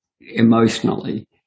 emotionally